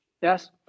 Yes